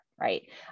right